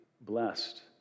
blessed